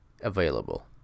available